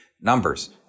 numbers